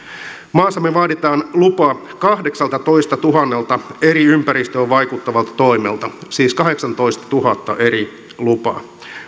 maassamme vaaditaan lupa kahdeksaltatoistatuhannelta eri ympäristöön vaikuttavalta toimelta siis kahdeksantoistatuhatta eri lupaa